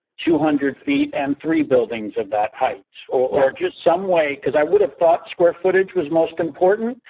two hundred feet and three buildings of that height or just some way, because i would have thought square footage was most important.